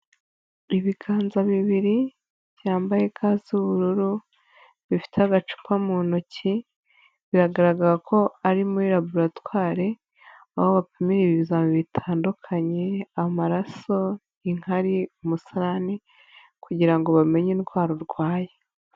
Ibiganza bibiri byambaye ga z'ubururu, bifite agacupa mu ntoki, biragaragara ko ari muri laboratware, aho bapimira ibizame bitandukanye amaraso, inkari, umusarani kugira ngo bamenye indwara urwaye.